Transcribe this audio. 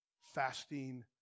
fasting